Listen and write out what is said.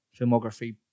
filmography